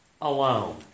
alone